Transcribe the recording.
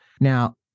Now